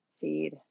feed